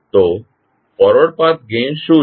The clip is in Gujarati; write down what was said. તો ફોરવર્ડ પાથ ગેઇન શું છે